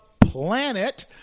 planet